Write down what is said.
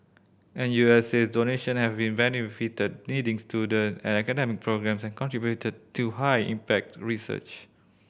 N U S says donation have benefited needy student and academic programmes and contributed to high impact research